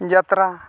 ᱡᱟᱛᱨᱟ